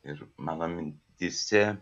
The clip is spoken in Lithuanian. ir mano mintyse